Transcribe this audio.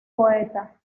poeta